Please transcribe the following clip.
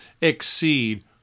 exceed